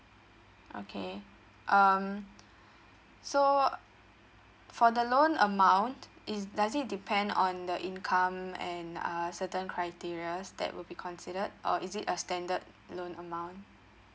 okay um so for the loan amount is does it depend on the income and uh certain criterias that would be considered or is it a standard loan amount